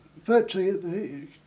Virtually